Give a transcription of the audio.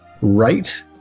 right